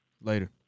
Later